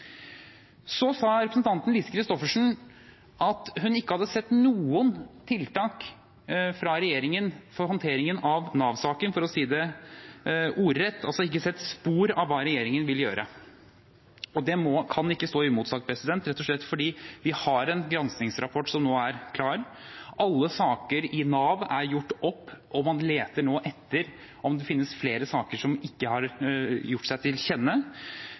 Så sa representanten Lise Christoffersen at hun ikke hadde sett noen tiltak fra regjeringen for håndteringen av Nav-saken, for å si det ordrett, altså ikke sett spor av hva regjeringen vil gjøre. Det kan ikke stå uimotsagt, rett og slett fordi vi har en granskningsrapport som nå er klar, alle saker i Nav er gjort opp, og man leter nå etter om det finnes flere saker som ikke